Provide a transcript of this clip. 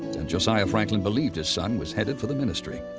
and josiah franklin believed his son was headed for the ministry.